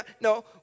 No